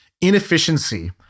inefficiency